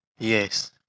Yes